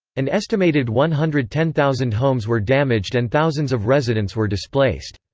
an estimated one hundred ten thousand homes were damaged and thousands of residents were displaced.